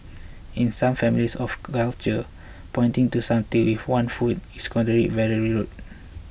in some families or cultures pointing to something with one's foot is considered very rude